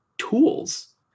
tools